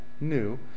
New